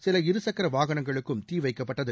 சில இருசக்கர வாகனங்களுக்கும் தீ வைக்கப்பட்டது